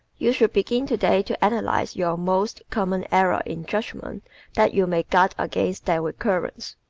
you should begin today to analyze your most common errors in judgment that you may guard against their recurrence.